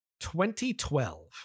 2012